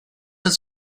els